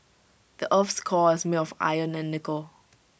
the Earth's core is made of iron and nickel